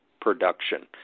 production